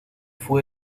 fue